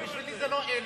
זה לא עלי,